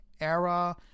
era